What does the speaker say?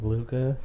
Luca